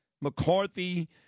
McCarthy